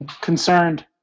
Concerned